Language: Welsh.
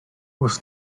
oes